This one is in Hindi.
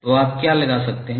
तो आप क्या लगा सकते हैं